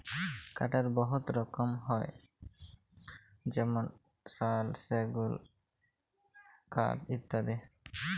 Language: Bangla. কাঠের বহুত রকম হ্যয় যেমল সেগুল কাঠ, শাল কাঠ ইত্যাদি